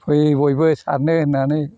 फै बयबो सारनो होन्नानै